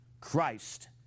Christ